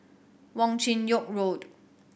Wong Chin Yoke Road